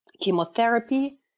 chemotherapy